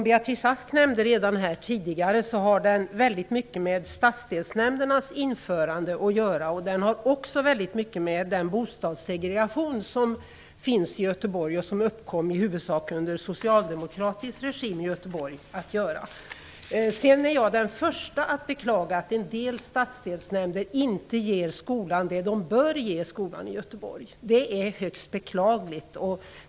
Beatrice Ask nämnde tidigare att frågan har mycket med införandet av stadsdelsnämnderna att göra och även den bostadssegregation som finns i Göteborg som uppkom i huvudsak under socialdemokratisk regim. Jag är den första att beklaga att en del stadsdelsnämnder i Göteborg inte ger skolorna vad de behöver. Det är högst beklagligt.